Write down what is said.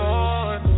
Lord